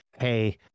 hey